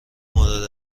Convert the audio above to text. مورد